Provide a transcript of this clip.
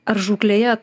ar žūklėje